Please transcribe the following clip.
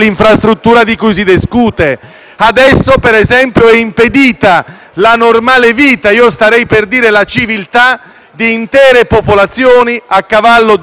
Adesso, per esempio, è impedita la normale vita (io starei per dire: la civiltà) di intere popolazioni a cavallo di Abruzzo e Molise.